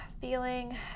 feeling